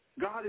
God